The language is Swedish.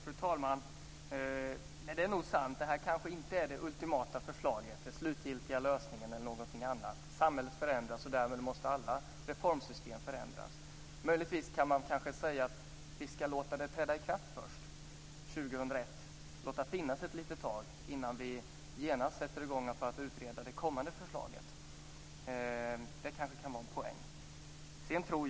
Fru talman! Nej, det är nog sant. Detta är kanske inte det ultimata förslaget, den slutgiltiga lösningen eller någonting annat. Samhället förändras, och därmed måste alla reformsystem förändras. Möjligtvis kan man säga att vi ska låta detta träda i kraft först, år 2001, och låta det finnas ett litet tag innan vi genast sätter i gång att utreda det kommande förslaget. Det kanske kan vara en poäng.